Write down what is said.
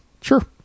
Sure